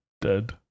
dead